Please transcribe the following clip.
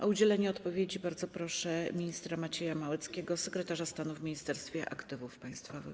O udzielenie odpowiedzi bardzo proszę ministra Macieja Małeckiego, sekretarza stanu w Ministerstwie Aktywów Państwowych.